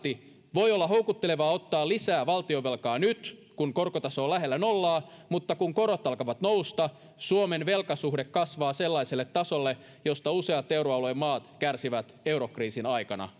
voi olla houkuttelevaa ottaa lisää valtionvelkaa nyt kun korkotaso on lähellä nollaa mutta kun korot alkavat nousta suomen velkasuhde kasvaa sellaiselle tasolle josta useat euroalueen maat kärsivät eurokriisin aikana